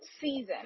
season